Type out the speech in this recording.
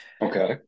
Okay